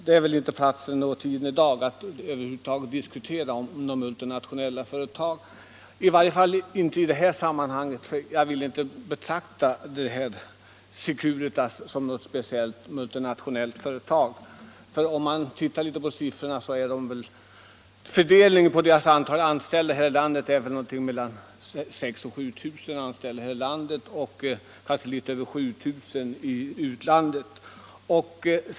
Det är väl inte rätt tid och plats att i detta sammanhang diskutera sådana. Jag vill inte betrakta AB Securitas som ett multinationellt företag, för om man tittar på siffrorna finner man att företaget har mellan 6 000 och 7 000 anställda här i landet och kanske litet över 7 000 i utlandet.